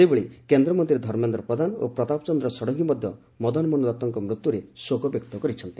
ସେହିଭଳି କେନ୍ଦ୍ରମନ୍ତୀ ଧର୍ମେନ୍ଦ ପ୍ରଧାନ ଓ ପ୍ରତାପଚନ୍ଦ୍ର ଷଡଙଙୀ ମଧ୍ଧ ମଦନମୋହନ ଦତ୍ତଙ୍କ ମୃତ୍ୟୁରେ ଶୋକ ପ୍ରକାଶ କରିଛନ୍ତି